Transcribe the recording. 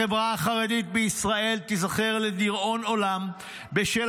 החברה החרדית בישראל תיזכר לדיראון עולם בשל